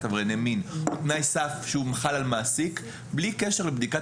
עברייני מין הוא תנאי סף שחל על מעסיק בלי קשר לבדיקת